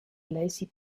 lacy